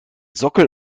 sockel